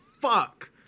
Fuck